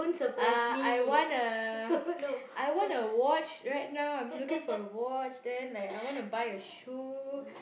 uh I want a I want a watch right now I'm looking for a watch then like I want to buy a shoe